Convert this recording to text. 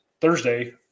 Thursday